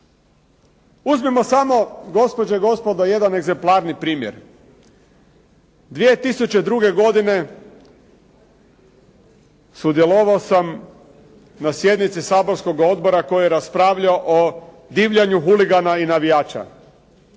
i gospodo jedan egzemplarni primjer. 2002. godine sudjelovao sam na sjednici saborskog odbora koji je raspravljao o divljanju huligana i navijača.